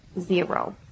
Zero